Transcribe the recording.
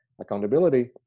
accountability